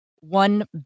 one